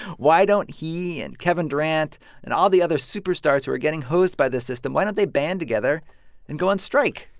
why don't he and kevin durant and all the other superstars who are getting hosed by this system why don't they band together and go on strike?